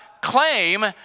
claim